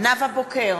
נאוה בוקר,